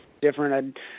different